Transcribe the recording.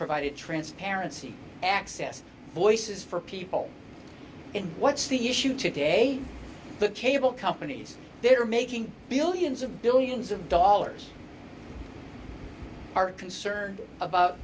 provided transparency access voices for people in what's the issue today the cable companies they're making billions of billions of dollars are concerned about